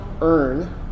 earn